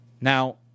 Now